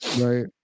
Right